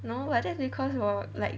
no but that's because 我 like